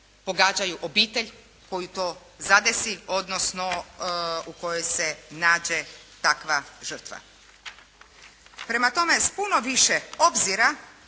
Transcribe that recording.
pogađaju obitelj koju to zadesi, odnosno u kojoj se nađe takva žrtva. Prema tome, s puno više obzira